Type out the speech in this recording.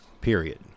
period